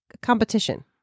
competition